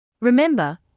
Remember